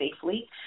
safely